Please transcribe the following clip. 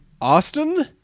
Austin